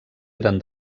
eren